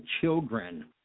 children –